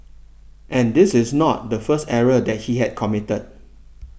and this is not the first error that he had committed